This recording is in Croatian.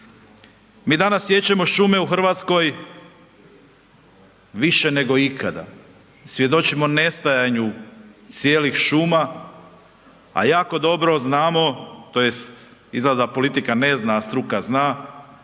Mi danas siječemo šume u RH više nego ikada, svjedočimo nestajanju cijelih šuma, a jako dobro znamo tj. izgleda da politika ne zna, a struka zna,